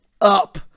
up